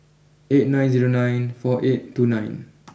eight nine zero nine four eight two nine